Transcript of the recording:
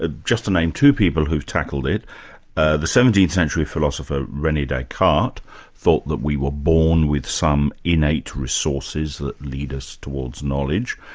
ah just to name two people who've tackled it ah the seventeenth century philosopher, rene descartes thought that we were born with some innate resources that lead us towards knowledge,